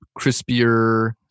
crispier